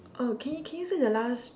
oh can you can you say the last